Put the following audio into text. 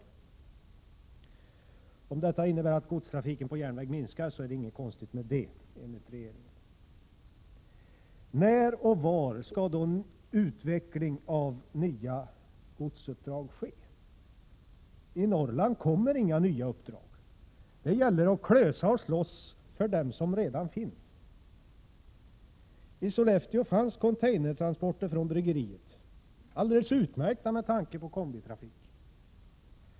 33 Om detta innebär att godstrafiken på järnväg minskar så är det inget konstigt med det, enligt regeringen. När och var skall då utveckling av nya godsuppdrag ske? I Norrland kommer inga nya uppdrag. Det gäller att klösa och slåss för dem som redan finns. I Sollefteå fanns containertransporter från det ifrågavarande bryggeriet — alldeles utmärkta med tanke på kombitrafik.